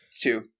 two